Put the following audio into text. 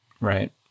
right